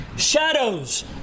Shadows